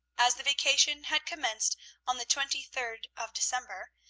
as the vacation had commenced on the twenty-third of december,